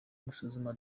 gusuzuma